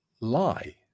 lie